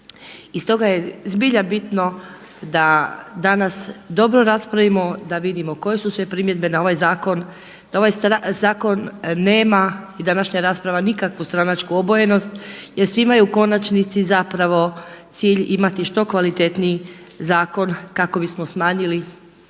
i stoga je zbilja bitno da danas dobro raspravimo, da vidimo koje su sve primjedbe na ovaj zakon, da ovaj zakon nema i današnja rasprava nikakvu stranačku obojenost jer svima je u konačnici cilj imati što kvalitetniji zakon kako bismo smanjili